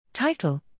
Title